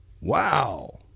Wow